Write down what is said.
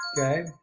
Okay